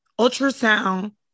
ultrasound